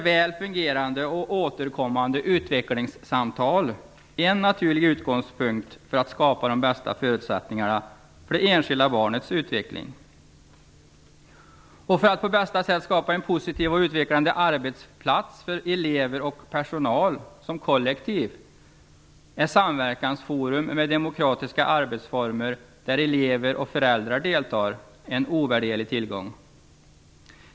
Väl fungerande och återkommande utvecklingssamtal är en naturlig utgångspunkt för att man skall kunna skapa de bästa förutsättningarna för det enskilda barnets utveckling. För att man på bästa sätt skall kunna skapa en positiv och utvecklande arbetsplats för elever och personal som kollektiv är ett samverkansforum med demokratiska arbetsformer, där elever och föräldrar deltar, en ovärderlig tillgång.